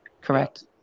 correct